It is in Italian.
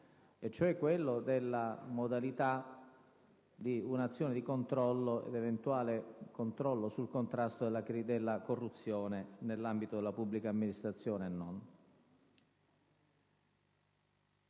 cioè quello della modalità di un'azione di controllo sul contrasto alla corruzione, nell'ambito della pubblica amministrazione e non.